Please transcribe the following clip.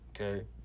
okay